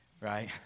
right